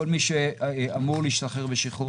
כל מי שאמור להשתחרר בשחרור מינהלי ישוחרר.